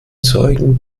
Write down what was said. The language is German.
zeugen